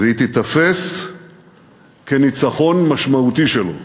והיא תיתפס כניצחון משמעותי שלו.